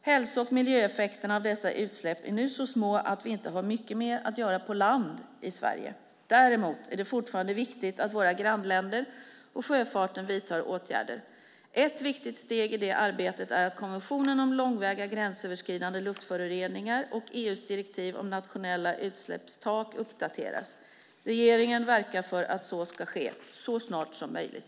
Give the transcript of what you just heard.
Hälso och miljöeffekterna av dessa utsläpp är nu så små att vi inte har mycket mer att göra på land i Sverige. Däremot är det fortfarande viktigt att våra grannländer och sjöfarten vidtar åtgärder. Ett viktigt steg i det arbetet är att konventionen om långväga gränsöverskridande luftföroreningar och EU:s direktiv om nationella utsläppstak uppdateras. Regeringen verkar för att så ska ske så snart som möjligt.